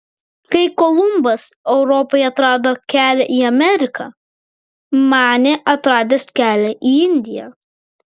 kai kolumbas europai atrado kelią į ameriką manė atradęs kelią į indiją